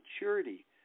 maturity